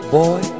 boy